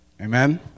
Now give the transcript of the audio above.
Amen